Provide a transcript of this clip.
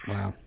Wow